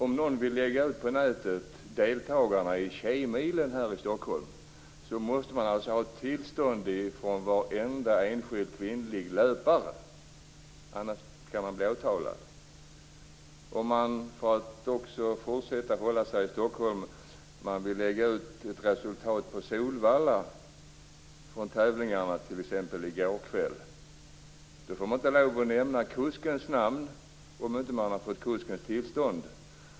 Om någon vill lägga ut deltagarlistan för Tjejmilen här i Stockholm på nätet måste han ha tillstånd från varenda enskild löpare. Annars kan han bli åtalad. Om någon vill lägga ut ett resultat från Solvalla från tävlingarna t.ex. i går kväll får inte kuskens namn nämnas, om inte kusken har givit tillstånd.